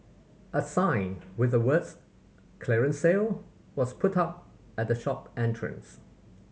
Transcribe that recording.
a sign with the words clearance sale was put up at the shop entrance